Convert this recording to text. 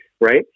Right